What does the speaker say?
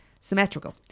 symmetrical